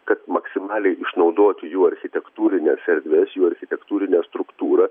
kad maksimaliai išnaudoti jų architektūrines erdves jų architektūrinę struktūrą